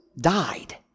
died